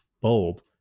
bold